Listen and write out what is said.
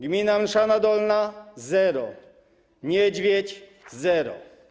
Gmina Mszana Dolna - zero, Niedźwiedź - zero.